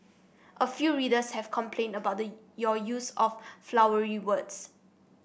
a few readers have complained about the your use of 'flowery' words